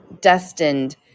destined